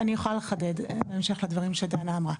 אני יכולה לחדד בהמשך לדברים שדנה אמרה,